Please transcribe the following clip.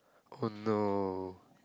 oh no